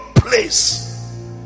place